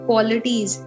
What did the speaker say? Qualities